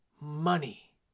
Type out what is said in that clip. money